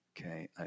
Okay